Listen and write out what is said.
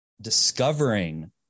discovering